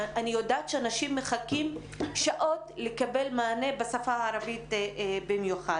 אני יודעת שאנשים מחכים שעות כדי לקבל מענה בשפה הערבית במיוחד.